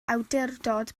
awdurdod